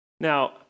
Now